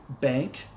bank